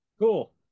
Cool